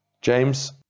James